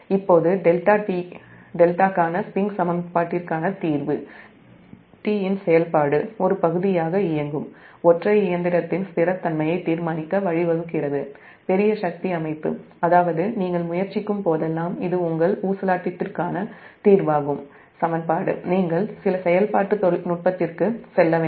இப்போது δ δ க்கான ஸ்விங் சமன்பாட்டிற்கான தீர்வு t இன் செயல்பாடு ஒரு பகுதியாக இயங்கும் ஒற்றை இயந்திரத்தின் நிலைத்தன்மையை தீர்மானிக்க பெரிய சக்தி அமைப்பு வழிவகுக்கிறது அதாவது நீங்கள் முயற்சிக்கும் போதெல்லாம் இது உங்கள் ஊசலாட்டத்திற்கான தீர்வாகும் சமன்பாடு நீங்கள் சில செயல்பாட்டு நுட்பத்திற்கு செல்ல வேண்டும்